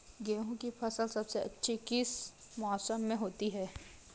गेंहू की फसल सबसे अच्छी किस मौसम में होती है?